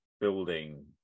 building